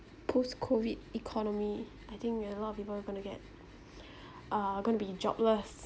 post COVID economy I think a lot of people going to get are going to be jobless